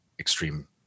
extreme